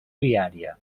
viària